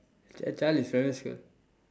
ch~ child in primary school